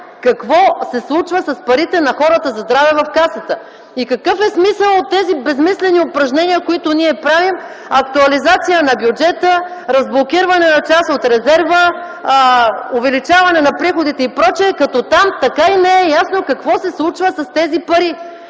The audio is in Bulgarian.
какво се случва с парите на хората за здраве в Касата? И какъв е смисълът от тези безсмислени упражнения, които ние правим – актуализация на бюджета, разблокирване на част от резерва, увеличаване на приходите и прочие, като там така и не е ясно какво се случва с тези пари?